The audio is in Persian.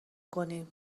کنیم